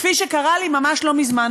כפי שקרה לי ממש לא מזמן,